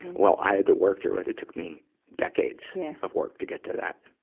well, i had to work through it. it took me decades yeah of work to get to that,